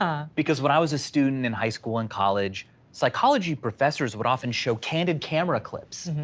um because when i was a student in high school and college psychology professors would often show candid camera clips,